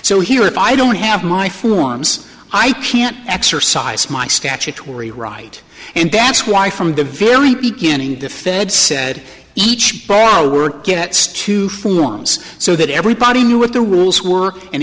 so here if i don't have my forms i can exercise my statutory right and that's why from the very beginning the fed said each bar work gets two forms so that everybody knew what the rules work and